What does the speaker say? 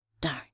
Darn